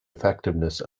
effectiveness